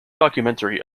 documentary